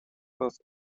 both